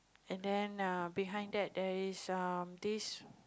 and then err behind that there's um this